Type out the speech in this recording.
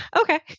Okay